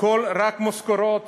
הכול יהיה משכורות